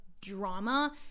drama